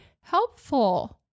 helpful